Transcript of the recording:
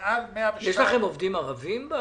לכם עובדים ערבים?